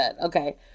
Okay